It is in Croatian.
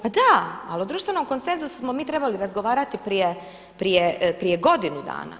Pa da, ali o društvenom konsenzusu smo mi trebali razgovarati prije godinu dana.